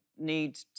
need